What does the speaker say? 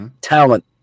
talent